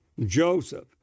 Joseph